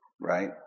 right